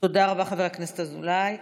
תודה רבה, חבר הכנסת אזולאי.